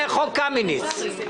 "חוק קמיניץ".